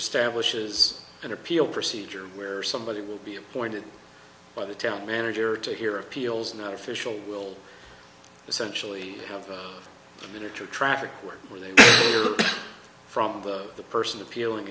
establishes an appeal procedure where somebody will be appointed by the town manager to hear appeals not official will essentially have a miniature traffic where are they from the person appealing